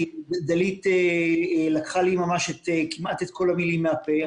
כי דלית לקחה לי כמעט את כל המילים מהפה.